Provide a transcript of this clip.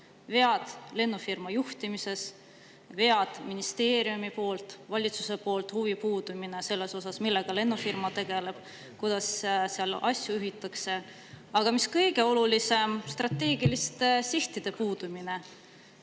vead lennufirma juhtimises, vead ministeeriumis, valitsuse huvi puudumine selles osas, millega lennufirma tegeleb, kuidas seal asju juhitakse, aga mis kõige olulisem, strateegiliste sihtide puudumine.